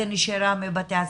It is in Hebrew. זה נשירה מבתי הספר.